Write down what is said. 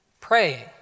praying